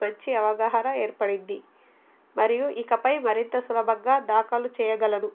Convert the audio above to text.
మంచి అవగాహన ఏర్పడింది మరియు ఇకపై మరింత సులభంగా దాఖలు చేయగలను